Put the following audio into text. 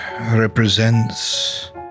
represents